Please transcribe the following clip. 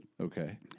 Okay